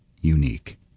unique